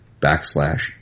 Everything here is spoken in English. backslash